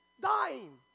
dying